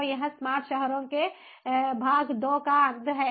तो यह स्मार्ट शहरों के भाग 2 का अंत है